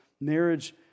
marriage